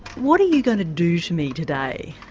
what are you going to do to me today?